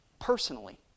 personally